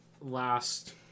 last